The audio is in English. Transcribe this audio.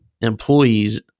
employees